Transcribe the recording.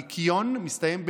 ניקיון מסתיים בנו"ן,